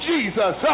Jesus